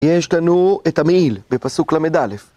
יש לנו את המעיל בפסוק ל"א,